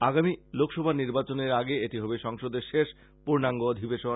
আগামী লোকসভা নির্বাচনের আগে এটি হবে সংসদের শেষ পূণাঙ্গ অধিবেশন